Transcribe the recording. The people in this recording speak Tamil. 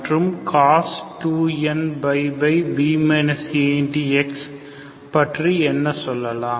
மற்றும் cos2nπ b ax பற்றி என்ன சொல்லலாம்